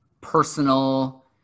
personal